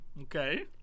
Okay